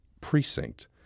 precinct